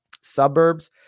Suburbs